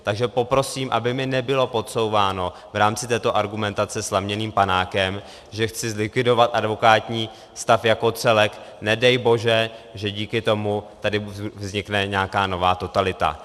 Takže poprosím, aby mi nebylo podsouváno v rámci této argumentace slaměným panákem, že chci zlikvidovat advokátní stav jako celek, nedej bože, že díky tomu tady vznikne nějaká nová totalita.